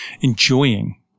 enjoying